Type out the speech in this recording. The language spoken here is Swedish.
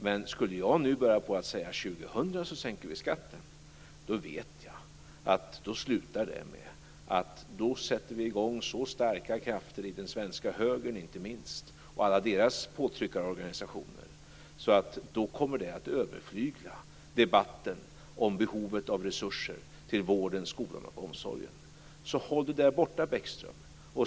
Men skulle jag nu börja på att säga att år 2000 sänker vi skatten vet jag att det slutar med att vi sätter i gång så starka krafter inte minst i den svenska högern och alla deras påtryckarorganisationer att det kommer att överflygla debatten om behovet av resurser till vården, skolan och omsorgen. Så håll det där borta, Bäckström!